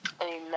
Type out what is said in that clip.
Amen